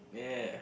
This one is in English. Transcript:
yeah